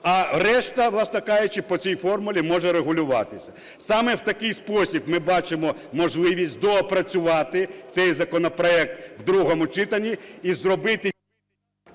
а решта, власне кажучи, по цій формулі може регулюватись? Саме в такий спосіб ми бачимо можливість доопрацювати цей законопроект в другому читанні і зробити…